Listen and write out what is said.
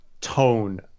tone